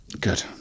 good